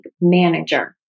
manager